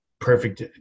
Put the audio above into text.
Perfect